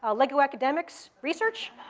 ah lego academics research?